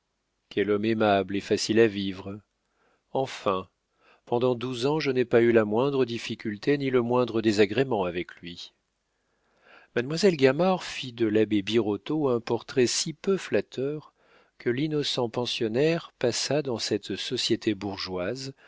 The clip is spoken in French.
quel homme aimable et facile à vivre enfin pendant douze ans je n'ai pas eu la moindre difficulté ni le moindre désagrément avec lui mademoiselle gamard fit de l'abbé birotteau un portrait si peu flatteur que l'innocent pensionnaire passa dans cette société bourgeoise